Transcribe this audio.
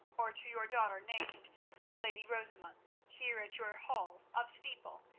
or to your daughter named the lady rosamund here at your hall of steeple,